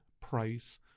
price